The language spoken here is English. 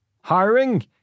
Hiring